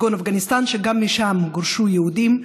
כגון אפגניסטן, שגם משם גורשו יהודים,